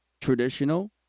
Traditional